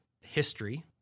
history